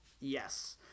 Yes